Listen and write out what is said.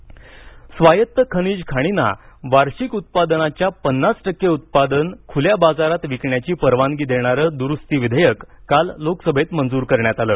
खाणी दुरूस्ती विधेयक स्वायत्त खनिज खाणींना वार्षिक उत्पादनाच्या पन्नास टक्के उत्पादन खुल्या बाजारात विकण्याची परवानगी देणारं दुरूस्ती विधेयक काल लोकसभेत मंजूर करण्यात आलं